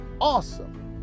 awesome